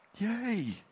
Yay